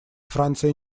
франция